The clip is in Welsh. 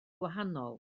gwahanol